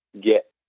get